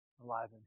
alive